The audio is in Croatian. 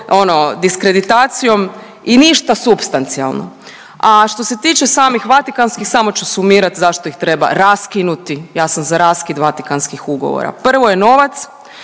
diskreditacijom i ništa supstancijalno. A što se tiče samih Vatikanskih, samo ću sumirat zašto ih treba raskinuti. Ja sam za raskid Vatikanskih ugovora. Prvo je novac,